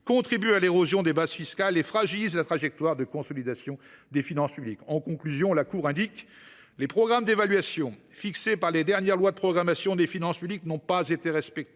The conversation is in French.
contribue à l’érosion des bases fiscales et fragilise la trajectoire de consolidation des finances publiques. » En conclusion, la Cour indique :« Les programmes d’évaluation fixés par les dernières lois de programmation des finances publiques n’ont pas été respectés.